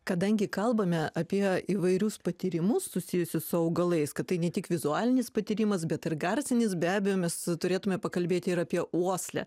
kadangi kalbame apie įvairius patyrimus susijusius su augalais kad tai ne tik vizualinis patyrimas bet ir garsinis be abejo mes turėtume pakalbėti ir apie uoslę